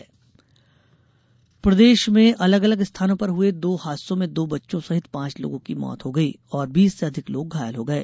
दुर्घटना मौत प्रदेश के अलग अलग स्थानों पर हुए दो हादसों में दो बच्चों सहित पांच लोगों की मौत हो गई और बीस से अधिक लोग घायल हो गये